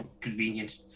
convenient